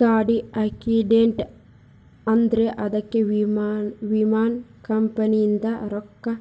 ಗಾಡಿ ಆಕ್ಸಿಡೆಂಟ್ ಆದ್ರ ಅದಕ ವಿಮಾ ಕಂಪನಿಯಿಂದ್ ರೊಕ್ಕಾ